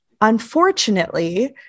Unfortunately